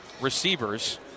receivers